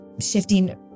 shifting